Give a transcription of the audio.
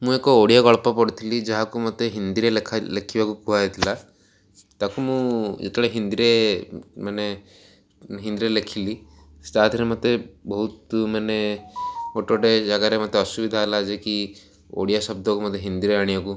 ମୁଁ ଏକ ଓଡ଼ିଆ ଗଳ୍ପ ପଢ଼ିଥିଲି ଯାହାକୁ ମୋତେ ହିନ୍ଦୀରେ ଲେଖା ଲେଖିବାକୁ କୁହାଯାଇଥିଲା ତାକୁ ମୁଁ ଯେତେବେଳେ ହିନ୍ଦୀରେ ମାନେ ହିନ୍ଦୀରେ ଲେଖିଲି ତାଧିରେ ମୋତେ ବହୁତ ମାନେ ଗୋଟେ ଗୋଟେ ଜାଗାରେ ମୋତେ ଅସୁବିଧା ହେଲା ଯେ କି ଓଡ଼ିଆ ଶବ୍ଦକୁ ମୋତେ ହିନ୍ଦୀରେ ଆଣିବାକୁ